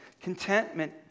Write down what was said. Contentment